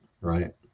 right